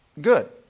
good